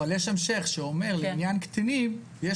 אבל יש המשך שאומר לעניין קטינים יש